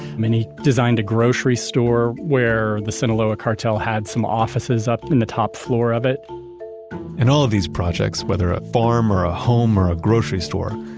designed a grocery store where the sinaloa cartel had some offices up in the top floor of it and all of these projects, whether a farm or a home or a grocery store,